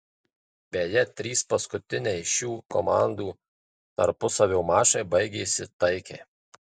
beje trys paskutiniai šių komandų tarpusavio mačai baigėsi taikiai